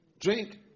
drink